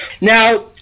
now